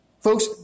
Folks